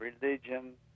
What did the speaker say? religion